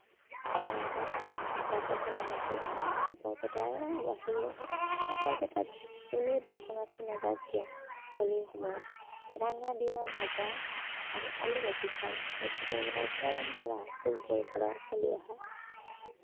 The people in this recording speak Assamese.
আৰু তাত এটা প্ৰচলন আছে যে বৰপেটাবাসীয়ে বা বৰপেটাত যোনেই দৰ্শনাৰ্থী নাযাওক কিয় হোলীৰ সময়ত ৰঙা দিমা ভাজা আৰু আলুভাজি খায় সেইটো এটা আমাৰ পৰম্পৰা পূৰ্ৱৰ পৰা চলি অহা